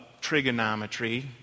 trigonometry